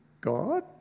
God